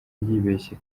yibeshye